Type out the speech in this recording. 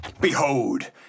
Behold